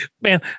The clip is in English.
Man